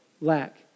lack